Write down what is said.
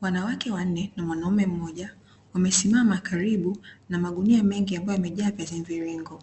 Wanawake wanne na mwanaume mmoja, wamesimama karibu na magunia mengi ambayo yamejaa viazi mviringo